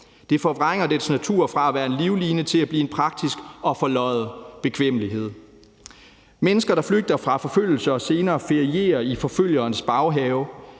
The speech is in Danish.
Det forvrænger dets natur fra at være en livline til at blive en praktisk og forløjet bekvemmelighed. Adfærden hos mennesker, der flygter fra forfølgelse og senere ferierer i forfølgerens baghave,